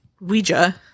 Ouija